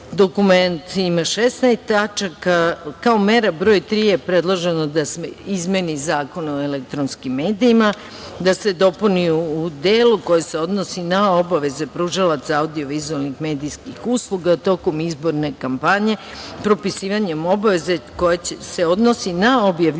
izbore. Dokument ima 16 tačaka. Kao mera broj 3. je predloženo da se izmeni Zakon o elektronskim medijima, da se dopuni u delu koji se odnosi na obaveze pružalaca audio-vizuelnih medijskih usluga tokom izborne kampanje, propisivanjem obaveze koja će se odnositi na objavljivanje